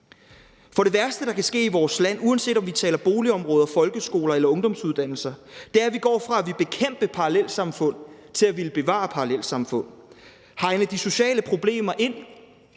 For det værste, der kan ske i vores land, uanset om vi taler boligområder, folkeskoler eller ungdomsuddannelser, er, at vi går fra at ville bekæmpe parallelsamfund til at ville bevare parallelsamfund, hegne de sociale problemer ind,